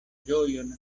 ĝojon